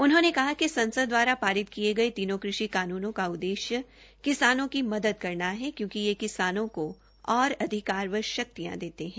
उन्होंने कहा कि संसद दवारा पारित किये गये तीनों कृषि कानूनों का उददेश्य किसानों की मदद करना है क्योकिं यह किसानों को और अधिकार व शक्तियां देते है